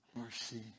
mercy